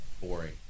boring